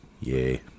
Yay